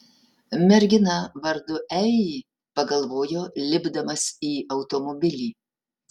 mergina vardu ei pagalvojo lipdamas į automobilį